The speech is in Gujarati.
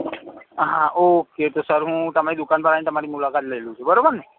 હા ઓકે તો સર હું તમારી દુકાન પર આવીને તમારી મુલાકાત લઇ લઉં છું બરાબર ને